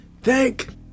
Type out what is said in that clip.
Thank